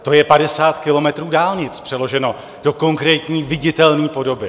To je 50 kilometrů dálnic, přeloženo do konkrétní, viditelné podoby.